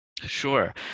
Sure